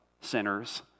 sinners